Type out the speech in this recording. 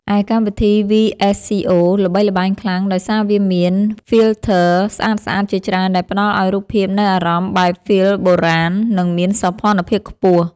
ឯកម្មវិធី វី-អេស-ស៊ី-អូ ល្បីល្បាញខ្លាំងដោយសារវាមាន ហ្វីលធ័រស្អាតៗជាច្រើនដែលផ្តល់ឱ្យរូបភាពនូវអារម្មណ៍បែបហ្វីលបុរាណ និងមានសោភ័ណភាពខ្ពស់។